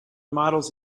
models